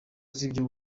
z’ibyo